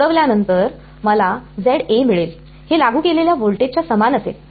सोडवल्यानंतर मला मिळेल हे लागू केलेल्या व्होल्टेजच्या समान असेल